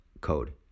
code